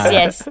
yes